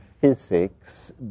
physics